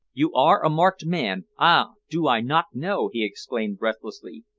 you are a marked man. ah! do i not know, he exclaimed breathlessly.